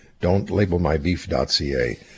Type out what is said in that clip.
don'tlabelmybeef.ca